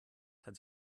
hat